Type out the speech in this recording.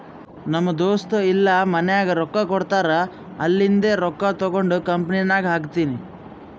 ನಮ್ ದೋಸ್ತ ಇಲ್ಲಾ ಮನ್ಯಾಗ್ ರೊಕ್ಕಾ ಕೊಡ್ತಾರ್ ಅಲ್ಲಿಂದೆ ರೊಕ್ಕಾ ತಗೊಂಡ್ ಕಂಪನಿನಾಗ್ ಹಾಕ್ತೀನಿ